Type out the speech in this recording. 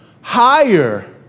higher